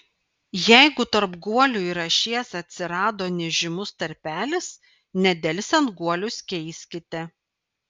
jeigu tarp guolių ir ašies atsirado nežymus tarpelis nedelsiant guolius keiskite